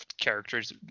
characters